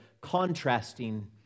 contrasting